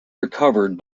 recovered